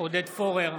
עודד פורר,